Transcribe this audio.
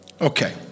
okay